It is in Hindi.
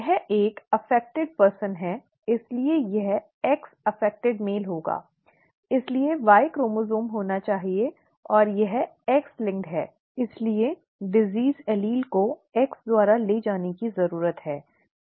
यह एक प्रभावित व्यक्ति है इसलिए यह एक्स प्रभावित पुरुष होगा इसलिए Y गुणसूत्र होना चाहिए और यह X linked है इसलिए रोग एलील को X द्वारा ले जाने की जरूरत है XaY